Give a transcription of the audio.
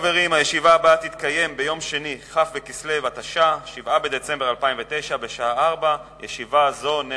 1. האם מקרי האנטישמיות באוקראינה במגמת עלייה וריבוי?